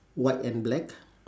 white and black